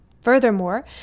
Furthermore